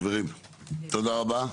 חברים, תודה רבה.